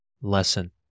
lesson